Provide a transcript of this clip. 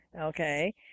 okay